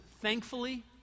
thankfully